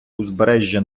узбережжя